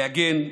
להגן,